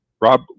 Rob